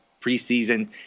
preseason